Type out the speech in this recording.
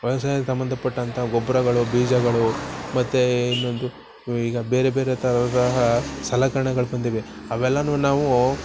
ವ್ಯವಸಾಯ ಸಂಬಂಧಪಟ್ಟಂಥ ಗೊಬ್ಬರಗಳು ಬೀಜಗಳು ಮತ್ತೆ ಇನ್ನೊಂದು ಈಗ ಬೇರೆ ಬೇರೆ ತರಹದ ಸಲಕರ್ಣೆಗಳು ಬಂದಿವೆ ಅವೆಲ್ಲವೂ ನಾವು